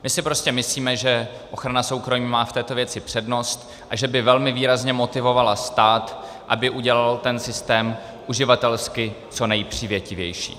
My si prostě myslíme, že ochrana soukromí má v této věci přednost a že by velmi výrazně motivovala stát, aby udělal ten systém uživatelsky co nejpřívětivější.